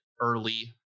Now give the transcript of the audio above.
early